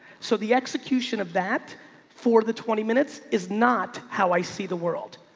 so the execution of that for the twenty minutes is not how i see the world.